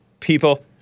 people